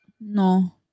No